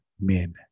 men